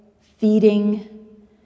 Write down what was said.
feeding